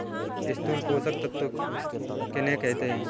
स्थूल पोषक तत्व किन्हें कहते हैं?